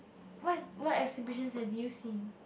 what what exhibitions have you seen